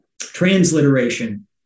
transliteration